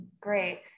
Great